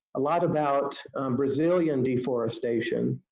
a lot about brazilian deforestation.